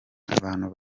abantu